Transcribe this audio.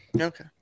Okay